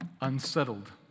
Unsettled